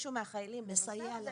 למישהו מהחיילים --- מסייע להם,